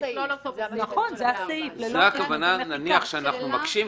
לכלול אותו בסעיף 24. נניח שאנחנו מקשים,